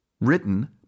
Written